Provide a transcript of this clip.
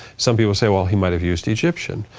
some people say, well, he might've used egyptian.